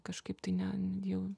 kažkaip tai ne jau